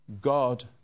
God